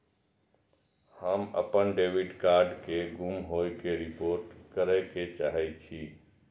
हम अपन debit card के गुम होय के रिपोर्ट करे के चाहि छी